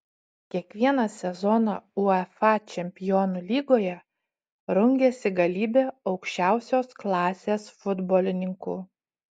kiekvieną sezoną uefa čempionų lygoje rungiasi galybė aukščiausios klasės futbolininkų